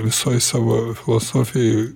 visoj savo filosofijoj